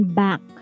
back